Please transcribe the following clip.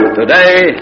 Today